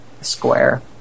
Square